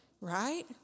right